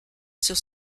sur